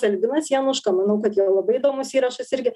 albinas januška manau kad jo labai įdomus šrašas irgi